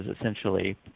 essentially